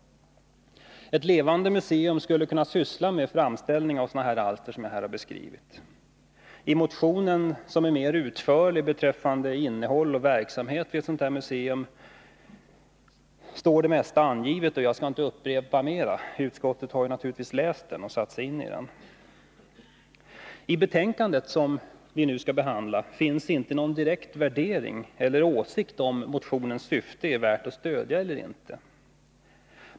Ett levande museum skulle kunna syssla med framställning av sådana alster som jag här beskrivit. Motionen är mer utförlig beträffande innehåll i och verksamhet vid ett sådant här museum, och jag skall inte upprepa detta. Utskottsledamöterna har naturligtvis läst och satt sig in i motionen. I betänkandet, som vi nu behandlar, finns inte någon direkt värdering av eller åsikt om huruvida motionens syfte är värt att stödja eller inte.